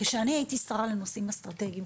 כאשר אני הייתי שרה לנושאים אסטרטגים,